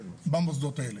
במוסדות האלה.